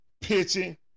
pitching